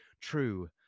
true